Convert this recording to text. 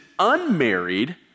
unmarried